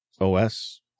OS